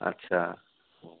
আচ্ছা